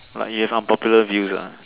like you have unpopular views ah